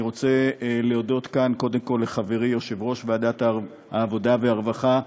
אני רוצה להודות כאן קודם כול לחברי יושב-ראש ועדת העבודה והרווחה,